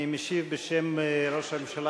אני משיב בשם ראש הממשלה,